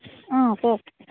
অঁ কওক